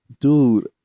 dude